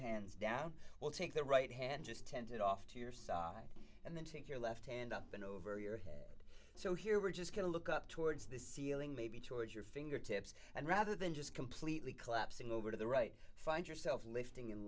hands down will take the right hand just tented off to your side and then take your left hand up and over your head so here we're just going to look up towards the ceiling maybe towards your fingertips and rather than just completely collapsing over to the right find yourself lifting